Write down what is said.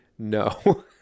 no